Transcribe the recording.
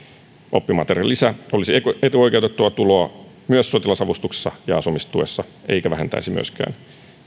oppimateriaalilisä olisi etuoikeutettua tuloa myös sotilasavustuksessa ja asumistuessa eikä vähentäisi myöskään